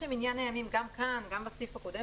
מניין הימים גם כאן וגם בסעיף הקודם